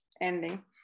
ending